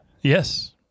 Yes